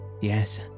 Yes